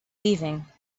leaving